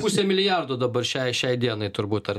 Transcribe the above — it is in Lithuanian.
pusė milijardo dabar šiai šiai dienai turbūt ar